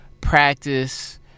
practice